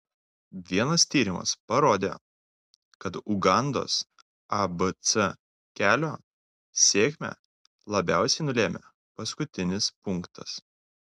vienas tyrimas parodė kad ugandos abc kelio sėkmę labiausiai nulėmė paskutinis punktas